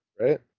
Right